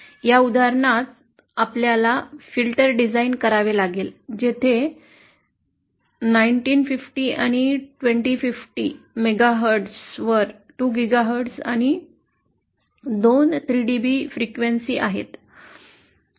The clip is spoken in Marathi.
या उदाहरणात आपल्याला फिल्टर डिझाइन करावे लागेल येथे 1950 आणि 2050 मेगाहर्ट्जवर 2 GHz आणि दोन 3 dB वारंवारता आहेत